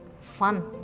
fun